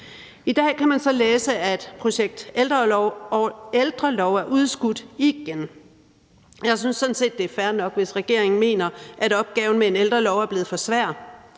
I dag kan man så læse, at projekt ældrelov er udskudt igen. Jeg synes sådan set, det er fair nok, hvis regeringen mener, at opgaven med en ældrelov er blevet for svær.